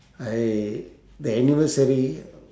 I the anniversary